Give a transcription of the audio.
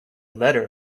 letter